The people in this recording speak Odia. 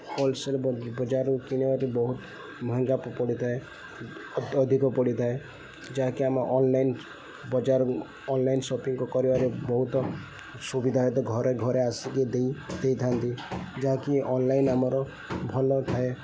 ହୋଲ୍ସେଲ୍ ବଜାରରୁ କିଣିବାରେ ବହୁତ ମହଙ୍ଗା ପଡ଼ିଥାଏ ଅଧିକ ପଡ଼ିଥାଏ ଯାହାକି ଆମ ଅନ୍ଲାଇନ୍ ବଜାର ଅନ୍ଲାଇନ୍ ସପିଙ୍ଗ୍ କରିବାରେ ବହୁତ ସୁବିଧା ହୁଏ ତ ଘରେ ଘରେ ଆସିକି ଦେଇ ଦେଇଥାନ୍ତି ଯାହାକି ଅନ୍ଲାଇନ୍ ଆମର ଭଲ ଥାଏ